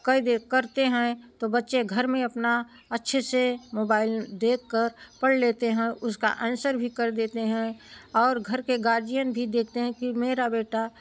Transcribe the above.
करते हैं तो बच्चे घर में अपना अच्छे से मोबाइल देख कर पढ़ लेते हैं और उसका भी आंसर भी कर देते हैं और घर के गार्जियन भी देखते हैं कि मेरा बेटा